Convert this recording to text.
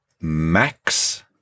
Max